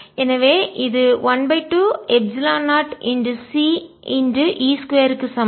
எனவே இது 12 epsilon 0 c E 2 க்கு சமம்